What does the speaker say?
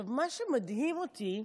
מה שמדהים אותי,